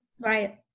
Right